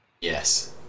Yes